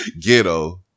ghetto